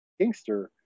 kingster